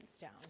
down